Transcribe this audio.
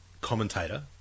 commentator